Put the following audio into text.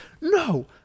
no